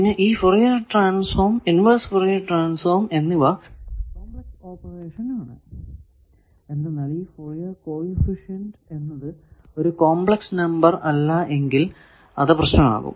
പിന്നെ ഈ Fourier transform inverse Fourier transform എന്നിവ കോംപ്ലക്സ് ഓപ്പറേഷൻ ആണ് എന്തെന്നാൽ ഈ ഫോറിയെർ കോ എഫിഷ്യന്റ് എന്നത് ഒരു കോംപ്ലക്സ് നമ്പർ അല്ല എങ്കിൽ അത് പ്രശ്നം ആകും